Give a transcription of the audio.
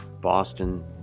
Boston